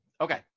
Okay